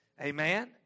Amen